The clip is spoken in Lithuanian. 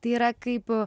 tai yra kaip